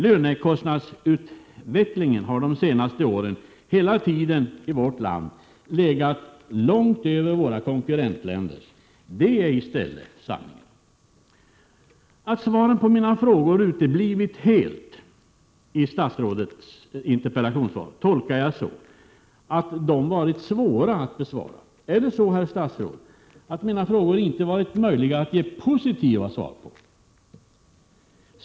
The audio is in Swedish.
Lönekostnadsutvecklingen i vårt land har de senaste åren hela tiden legat långt över våra konkurrentländers — det är sanningen. Att besked när det gäller mina frågor helt uteblivit i statsrådets interpellationssvar tolkar jag så, att frågorna varit svåra att besvara. Är det på det sättet, herr statsråd, att det inte varit möjligt att ge positiva svar på mina frågor?